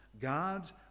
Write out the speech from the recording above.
God's